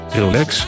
relax